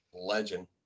Legend